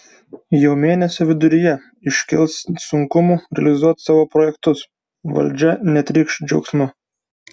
jau mėnesio viduryje iškils sunkumų realizuoti savo projektus valdžia netrykš džiaugsmu